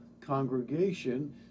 congregation